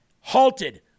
halted